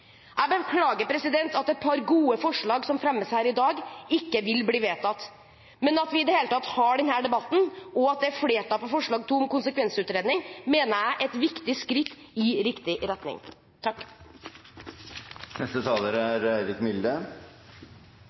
Jeg beklager at et par gode forslag som fremmes her i dag, ikke vil bli vedtatt. Men at vi i det hele tatt har denne debatten, og at det er flertall for innstillingens forslag til vedtak II – om konsekvensutredning – mener jeg er et viktig skritt i riktig retning.